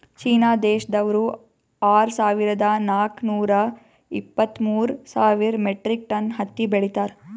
China ದೇಶ್ದವ್ರು ಆರ್ ಸಾವಿರದಾ ನಾಕ್ ನೂರಾ ಇಪ್ಪತ್ತ್ಮೂರ್ ಸಾವಿರ್ ಮೆಟ್ರಿಕ್ ಟನ್ ಹತ್ತಿ ಬೆಳೀತಾರ್